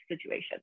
situation